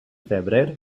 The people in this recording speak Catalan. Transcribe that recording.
febrer